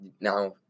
now